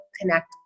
connect